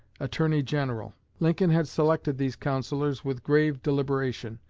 attorney general. lincoln had selected these counselors with grave deliberation.